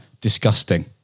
disgusting